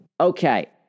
Okay